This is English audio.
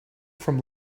from